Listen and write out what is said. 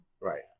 Right